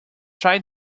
try